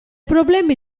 problemi